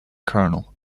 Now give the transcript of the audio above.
colonel